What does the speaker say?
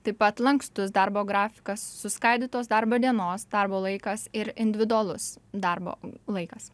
taip pat lankstus darbo grafikas suskaidytos darbo dienos darbo laikas ir individualus darbo laikas